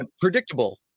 predictable